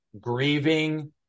grieving